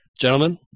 Gentlemen